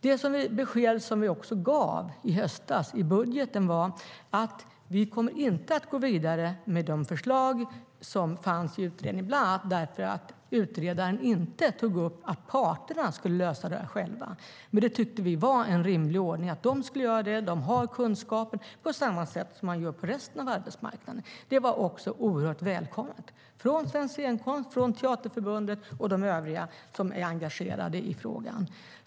Det besked som vi gav i budgeten i höstas var att vi inte kommer att gå vidare med de förslag som fanns i utredningen, bland annat därför att utredaren inte tog upp att parterna skulle lösa detta själva. Vi tyckte att det var en rimlig ordning att de skulle göra det, eftersom de har kunskapen, på samma sätt som man gör på resten av arbetsmarknaden. Det var oerhört välkommet, från Svensk Scenkonst, Teaterförbundet och övriga som är engagerade i frågan.